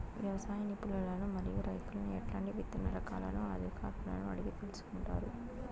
వ్యవసాయ నిపుణులను మరియు రైతులను ఎట్లాంటి విత్తన రకాలను అధికారులను అడిగి తెలుసుకొంటారు?